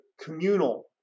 communal